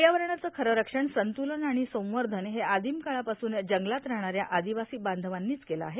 पर्यावरणाचं खरं रक्षण संतुलन आणि संवर्धन हे आदिम काळापासून जंगलात राहणाऱ्या आदिवासी बांधवांनीच केलं आहे